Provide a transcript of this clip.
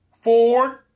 Ford